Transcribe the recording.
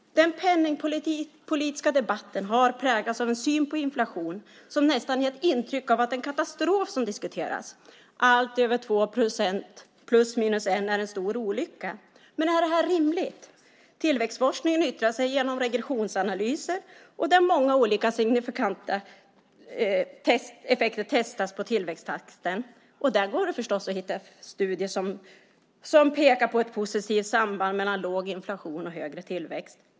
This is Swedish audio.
Den penningpolitiska debatten har präglats av en syn på inflation som nästan gett intryck av att det är en katastrof som diskuteras. Allt över 2 procent ±1 procent är en stor olycka. Men är detta rimligt? Tillväxtforskningen yttrar sig genom regressionsanalyser där många signifikanta effekter testas på tillväxttakten. Där går det förstås att hitta studier som pekar på ett positivt samband mellan låg inflation och högre tillväxt.